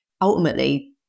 ultimately